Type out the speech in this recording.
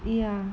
ya